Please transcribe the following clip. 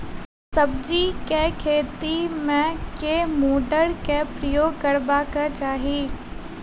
सब्जी केँ खेती मे केँ मोटर केँ प्रयोग करबाक चाहि?